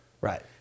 Right